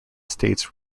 states